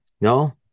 No